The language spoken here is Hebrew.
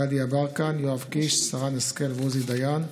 גדי יברקן, יואב קיש, שרן השכל ועוזי דיין,